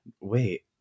wait